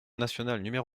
nationale